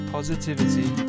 Positivity